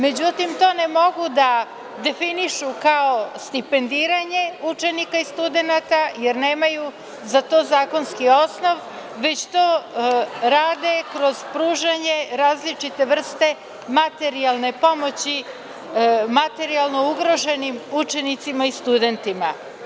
Međutim, to ne mogu da definišu kao stipendiranje učenika i studenata jer nemaju za to zakonski osnov, već to rade kroz pružanje različite vrste materijalne pomoći materijalno ugroženim učenicima i studentima.